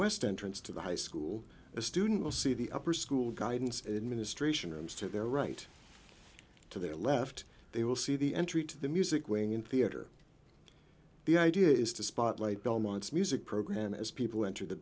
west entrance to the high school a student will see the upper school guidance administration and to their right to their left they will see the entry to the music wing in theater the idea is to spotlight belmont's music program as people enter the